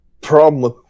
Problem